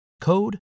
code